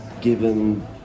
given